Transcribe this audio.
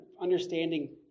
understanding